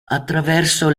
attraverso